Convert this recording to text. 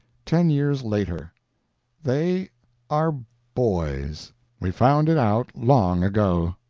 ten years later they are boys we found it out long ago.